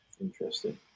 Interesting